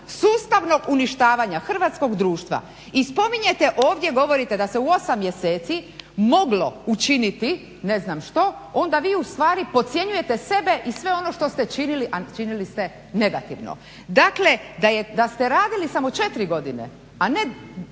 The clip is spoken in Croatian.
sustavnog uništavanja hrvatskog društva i spominjete ovdje, govorite da se u 8 mjeseci moglo učiniti ne znam što, onda vi u stvari podcjenjujete sebe i sve ono što ste činili, a činili ste negativno. Dakle, da ste radili samo 4 godine, a ne